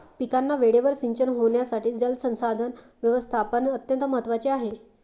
पिकांना वेळेवर सिंचन होण्यासाठी जलसंसाधन व्यवस्थापन अत्यंत महत्त्वाचे आहे